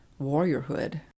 warriorhood